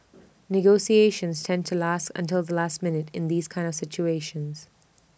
negotiations tend to last until the last minute in these kind of situations